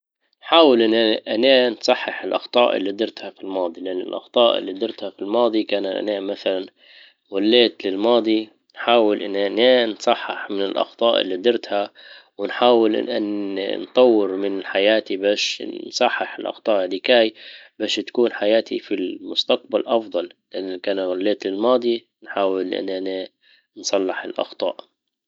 حاول ان انا نصحح الاخطاء اللي درتها في الماضي لان الاخطاء اللي درتها في الماضي كان انا مثلا وليت للماضي حاول اني انا نصحح من الاخطاء اللي درتها ونحاول ان انا نطور من حياتي باش نصحح الاخطاء ديكاى باش حياتي في المستقبل افضل. لانك انا وليت للماضي نحاول انني نصلح الاخطاء.